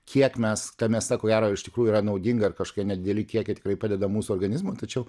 kiek mes ta mėsa ko gero ir iš tikrųjų yra naudinga ir kažkokie nedideli kiekiai tikrai padeda mūsų organizmui tačiau